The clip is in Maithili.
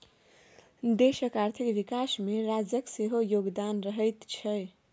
देशक आर्थिक विकासमे राज्यक सेहो योगदान रहैत छै